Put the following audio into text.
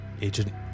Agent